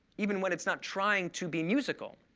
even when it's not trying to be musical.